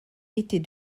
était